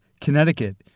Connecticut